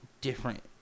different